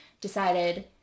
decided